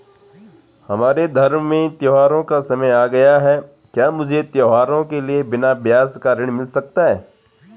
हमारे धर्म में त्योंहारो का समय आ गया है क्या मुझे त्योहारों के लिए बिना ब्याज का ऋण मिल सकता है?